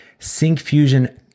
SyncFusion